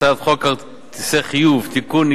הצעת חוק כרטיסי חיוב (תיקון,